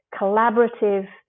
collaborative